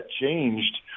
changed